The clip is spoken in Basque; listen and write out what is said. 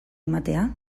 ematea